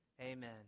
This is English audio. amen